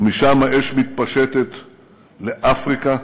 ומשם האש מתפשטת לאפריקה,